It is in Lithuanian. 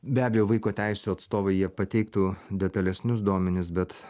be abejo vaiko teisių atstovai jie pateiktų detalesnius duomenis bet